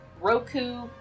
Roku